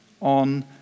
on